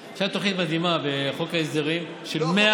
בחוק ההסדרים, של 100